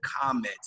comments